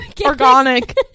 organic